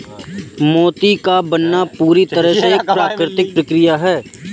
मोती का बनना पूरी तरह से एक प्राकृतिक प्रकिया है